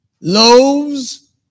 loaves